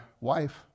wife